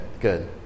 good